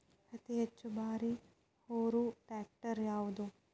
ಅತಿ ಹೆಚ್ಚ ಭಾರ ಹೊರು ಟ್ರ್ಯಾಕ್ಟರ್ ಯಾದು?